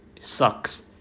sucks